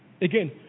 Again